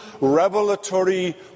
revelatory